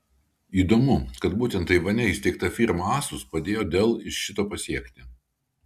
įdomu kad būtent taivane įsteigta firma asus padėjo dell šito pasiekti